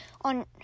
on